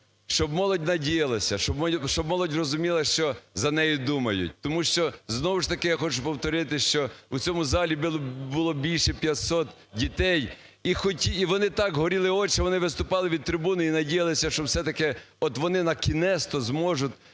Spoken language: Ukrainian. щоб молодь сподівалася, щоб молодь розуміла, що за неї думають. Тому що знову ж таки, я хочу повторитись, що в цьому залі було більше 500 дітей, і вони… так горіли очі, вони виступали від трибуни і надіялися, що все-таки от вони накінець-то зможуть